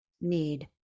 need